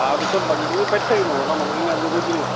তাৰপিছত বাকীখিনি পাতি থাকিম আৰু সিহঁতক মানুহখিনি আজৰি কৰি দিওঁ